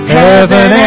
heaven